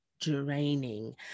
draining